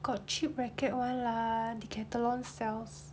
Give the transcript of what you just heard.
got cheap racket [one] lah decathlon sells